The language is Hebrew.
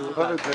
אני זוכר את זה.